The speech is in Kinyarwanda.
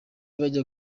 bajya